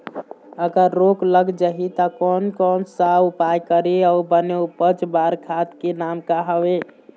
अगर रोग लग जाही ता कोन कौन सा उपाय करें अउ बने उपज बार खाद के नाम का हवे?